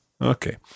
Okay